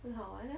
很好玩啊